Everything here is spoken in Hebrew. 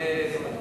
זה יהיה במקביל,